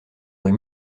rue